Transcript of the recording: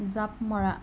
জাঁপ মৰা